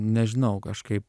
nežinau kažkaip